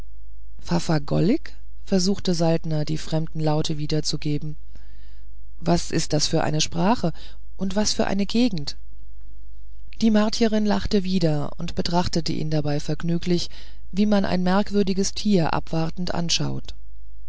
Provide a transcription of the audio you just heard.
fafagolik versuchte saltner die fremden laute wiederzugeben was ist das für eine sprache oder was für eine gegend die martierin lachte wieder und betrachtete ihn dabei vergnüglich wie man ein merkwürdiges tier abwartend anschaut